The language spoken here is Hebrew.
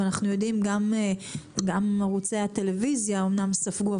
ואנחנו יודעים שגם ערוצי הטלוויזיה אמנם ספגו,